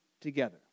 together